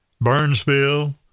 Burnsville